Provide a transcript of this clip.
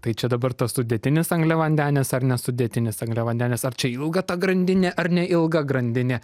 tai čia dabar tas sudėtinis angliavandenis ar nesudėtinis angliavandenis ar čia ilga ta grandinė ar neilga grandinė